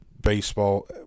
baseball